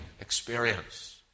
experience